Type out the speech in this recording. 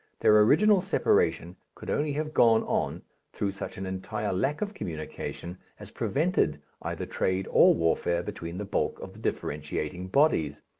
their original separation could only have gone on through such an entire lack of communication as prevented either trade or warfare between the bulk of the differentiating bodies.